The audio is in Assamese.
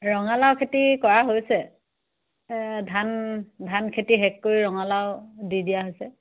ৰঙালাও খেতি কৰা হৈছে ধান ধান খেতি শেষ কৰি ৰঙালাও দি দিয়া হৈছে